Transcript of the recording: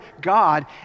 God